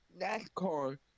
NASCAR